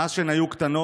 מאז שהן היו קטנות,